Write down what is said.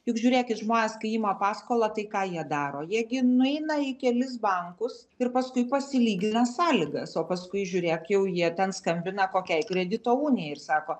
juk žiūrėkit žmonės kai ima paskolą tai ką jie daro jie gi nueina į kelis bankus ir paskui pasilygina sąlygas o paskui žiūrėk jau jie ten skambina kokiai kredito unijai ir sako